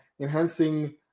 enhancing